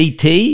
CT